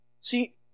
See